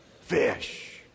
fish